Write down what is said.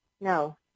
no